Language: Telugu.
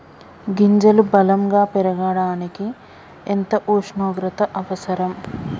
గింజలు బలం గా పెరగడానికి ఎంత ఉష్ణోగ్రత అవసరం?